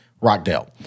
Rockdale